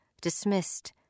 dismissed